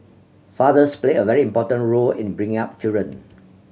fathers play a very important role in bringing up children